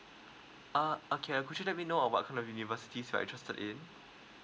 uh okay uh could you let me know what kind universities that you're interested in